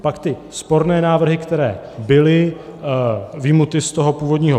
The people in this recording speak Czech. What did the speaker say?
Pak ty sporné návrhy, které byly vyjmuty z toho původního bloku.